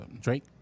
Drake